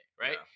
right